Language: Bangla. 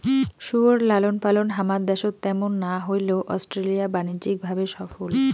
শুয়োর লালনপালন হামার দ্যাশত ত্যামুন না হইলেও অস্ট্রেলিয়া বাণিজ্যিক ভাবে সফল